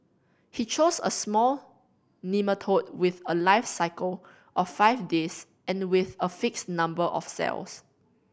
he chose a small nematode with a life cycle of five days and with a fixed number of cells